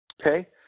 Okay